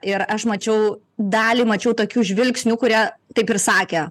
ir aš mačiau dalį mačiau tokių žvilgsnių kurie taip ir sakė